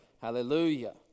Hallelujah